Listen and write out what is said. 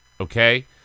okay